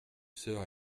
sœurs